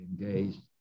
engaged